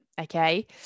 okay